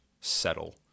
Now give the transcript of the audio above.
settle